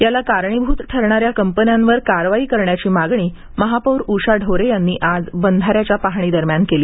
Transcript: याला कारणीभूत ठरणाऱ्या कंपन्यांवर कारवाई करण्याची मागणी महापौर उषा ढोरे यांनी आज बंधाऱ्याच्या पाहणी दरम्यान केली